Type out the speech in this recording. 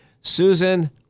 Susan